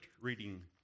reading